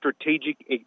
strategic